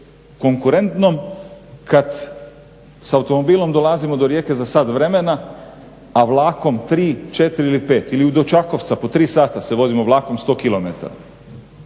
konkurentnom kada sa automobilom dolazimo do Rijeke za sat vremena, a vlakom 3, 4 ili 5 ili do Čakovca po 3 sata se vozimo vlakom 100km?